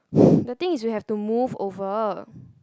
the thing is we have to move over